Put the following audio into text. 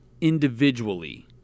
individually